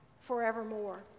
forevermore